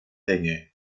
länge